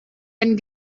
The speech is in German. den